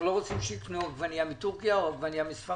אנחנו לא רוצים שיקנו עגבנייה מטורקיה או מספרד.